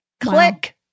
Click